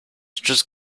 just